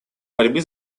борьбы